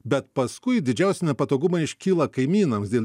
bet paskui didžiausi nepatogumai iškyla kaimynams dėl